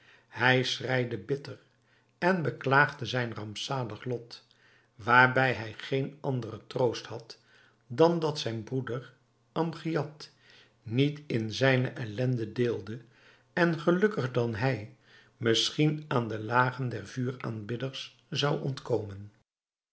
hij schreide bitter en beklaagde zijn rampzalig lot waarbij hij geen anderen troost had dan dat zijn broeder amgiad niet in zijne ellende deelde en gelukkiger dan hij misschien aan de lagen der vuuraanbidders zou ontkomen